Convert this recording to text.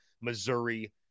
Missouri